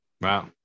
Wow